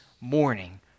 morning